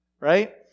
right